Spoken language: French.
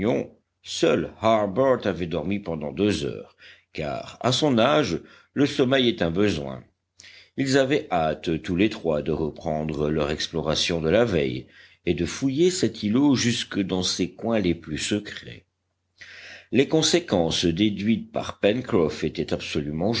seul harbert avait dormi pendant deux heures car à son âge le sommeil est un besoin ils avaient hâte tous les trois de reprendre leur exploration de la veille et de fouiller cet îlot jusque dans ses coins les plus secrets les conséquences déduites par pencroff étaient absolument